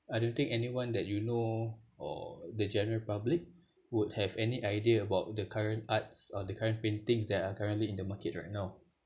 I don't think anyone that you know or the general public would have any idea about the current arts or the current paintings that are currently in the market right now